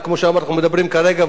כמו שאנחנו מדברים כרגע,